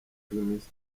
rw’iminsi